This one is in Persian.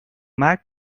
مرگ